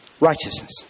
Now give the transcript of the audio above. righteousness